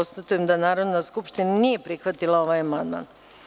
Konstatujem da Narodna skupština nije prihvatila ovaj amandman.